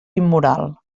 immoral